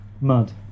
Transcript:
Mud